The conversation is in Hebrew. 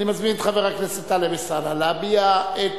אני מזמין את חבר הכנסת טלב אלסאנע להביע את